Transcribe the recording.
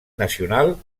nacional